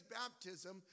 baptism